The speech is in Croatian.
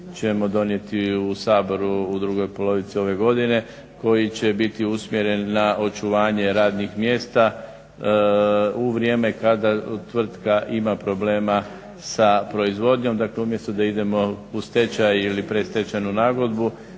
ćemo donijeti u Saboru u drugoj polovici ove godine koji će biti usmjeren na očuvanje radnih mjesta u vrijeme kada tvrtka ima problema sa proizvodnjom. Dakle umjesto da idemo u stečaj ili predstečajnu nagodbu